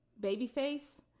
Babyface